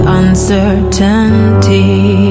uncertainty